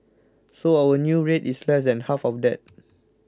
so our new rate is less than half of that